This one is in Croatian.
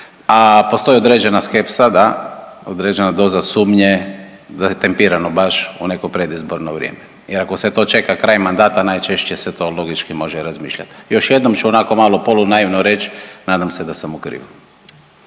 a postoji određena skepsa, da, određena doza sumnje da je tempirano baš u neko predizborno vrijeme jer ako sve to čeka kraj mandata najčešće se to logički može razmišljat. Još jednom ću onako malo polunaivno reć, nadam se da sam u krivu.